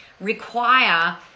require